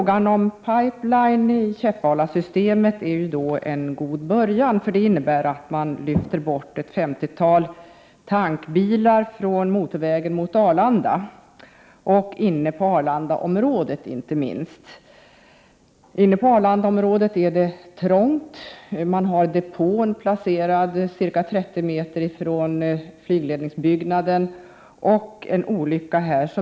En pipeline i Käppalasystemet är en god början. Det innebär att man får bort ett femtiotal tankbilar från motorvägen mot Arlanda och inte minst inne på Arlandaområdet, där det är trångt. Man har en flygbränsledepå placerad ca 30 meter från flygledarbyggnaden.